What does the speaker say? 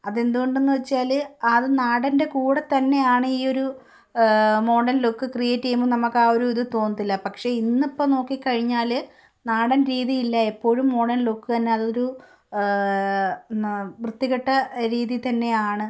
അതെന്തുകൊണ്ടെന്നു വെച്ചാൽ അത് നാടൻ്റെ കൂടെ തന്നെയാണ് ഈയൊരു മോഡേൺ ലുക്ക് ക്രിയേറ്റ് ചെയ്യുമ്പോൾ നമുക്ക് ആ ഒരു ഇതു തോന്നത്തില്ല പക്ഷെ ഇന്നിപ്പം നോക്കിക്കഴിഞ്ഞാൽ നാടൻ രീതിയില്ല എപ്പോഴും മോഡേൺ ലുക്ക് തന്നെ അതൊരു വൃത്തികെട്ട രീതിയിൽ തന്നെയാണ്